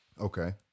Okay